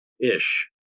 ish